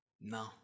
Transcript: No